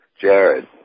Jared